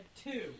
two